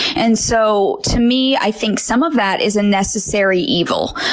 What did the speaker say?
and so to me, i think some of that is a necessary evil,